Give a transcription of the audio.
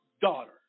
daughter